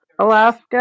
Alaska